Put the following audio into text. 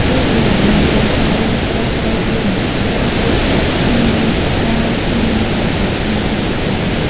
ទោះជាយ៉ាងណាកូនចៅប្រុសស្រីគេមិនសុខចិត្ដ ព្រោះត្បិតគ្មានត្រា គ្មានហត្ថលេខាពីសេដ្ឋី។